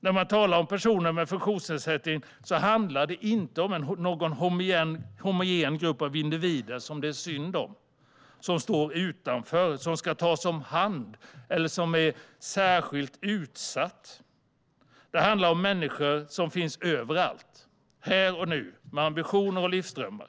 När man talar om personer med funktionsnedsättning handlar det inte om någon homogen grupp av individer som det är synd om, som står utanför, som ska tas om hand eller som är särskilt utsatt. Det handlar om människor som finns överallt, här och nu, med ambitioner och livsdrömmar.